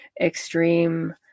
extreme